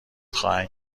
خواهند